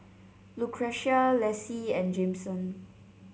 Lucretia Lassie and Jameson